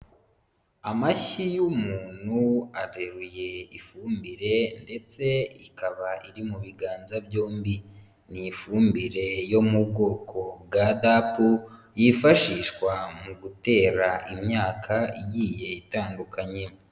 Amashyi y'umuntu ateruye ifumbire, ndetse ikaba iri mu biganza byombi, ni ifumbire yo mu bwoko bwa dapu, yifashishwa mu gutera imyaka igiye itandukanye.